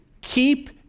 Keep